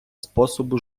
способу